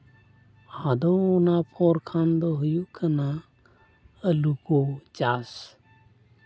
ᱟᱫᱚ ᱚᱱᱟ ᱯᱚᱨ ᱠᱷᱟᱱ ᱫᱚ ᱦᱩᱭᱩᱜ ᱠᱟᱱᱟ ᱟᱹᱞᱩ ᱠᱚ ᱪᱟᱥ